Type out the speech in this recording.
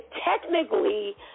technically